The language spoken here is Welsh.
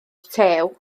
tew